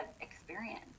experience